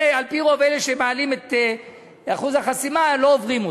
על-פי רוב אלה שמעלים את אחוז החסימה לא עוברים אותו.